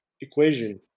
equation